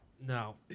No